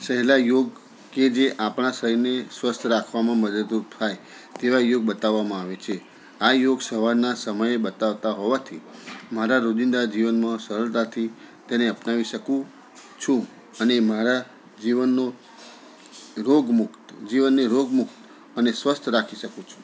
સહેલા યોગ કે જે આપણા શરીરને સ્વસ્થ રાખવામાં મદદરૂપ થાય તેવા યોગ બતાવવામાં આવે છે આ યોગ સવારના સમયે બતાવતા હોવાથી મારા રોજિંદા જીવનમાં સરળતાથી તેને અપનાવી શકું છું અને મારા જીવનને રોગમુક્ત જીવનને રોગમુકત અને સ્વસ્થ રાખી શકું છું